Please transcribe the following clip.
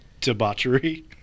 debauchery